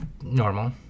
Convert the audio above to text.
normal